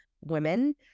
women